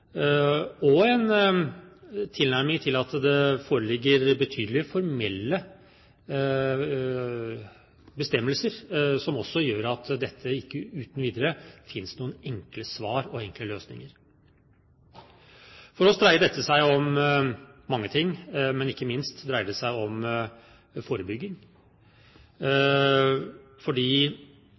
og en tilnærming til at det foreligger betydelige formelle bestemmelser som også gjør at det ikke uten videre finnes noen enkle svar og enkle løsninger. For oss dreier dette seg om mange ting, men ikke minst dreier det seg om forebygging.